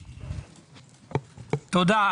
תודה.